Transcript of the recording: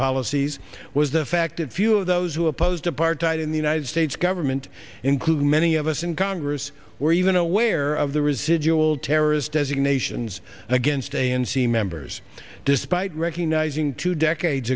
policies was the fact that few of those who opposed apartheid in the united states government including many of us in congress were even aware of the residual terrorist designations against a n c members despite recognizing two decades